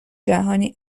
جهانی